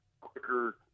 quicker